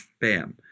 bam